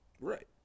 Right